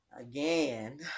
Again